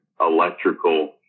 electrical